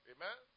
Amen